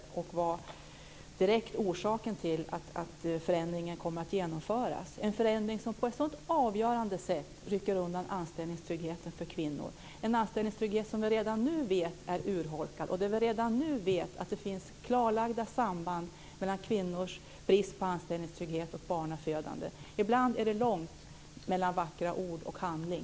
Miljöpartiet var en direkt orsak till att denna förändring kom att genomföras. Det var en förändring som på ett avgörande sätt rycker undan anställningstryggheten för kvinnor, en anställningstrygghet som vi redan nu vet är urholkad. Vi vet redan nu att det finns klara samband mellan kvinnors brist på anställningstrygghet och barnafödande. Ibland är det långt mellan vackra ord och handling.